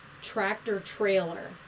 tractor-trailer